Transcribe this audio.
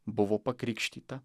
buvo pakrikštyta